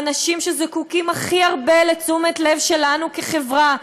ואנשים שזקוקים הכי הרבה לתשומת לב שלנו כחברה,